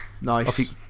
Nice